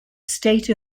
state